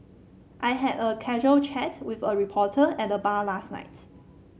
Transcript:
I had a casual chat with a reporter at the bar last night